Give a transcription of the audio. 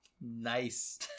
Nice